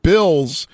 Bills